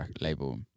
label